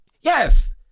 yes